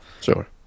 Sure